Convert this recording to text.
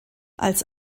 als